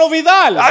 Vidal